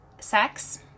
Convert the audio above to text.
sex